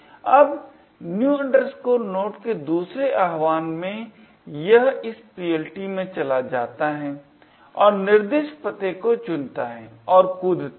अब new node के दूसरे आह्वान में यह इस PLT में चला जाता है और निर्दिष्ट पते को चुनता है और कूदता है